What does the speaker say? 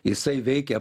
jisai veikė